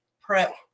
prep